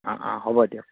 অঁ অঁ হ'ব দিয়ক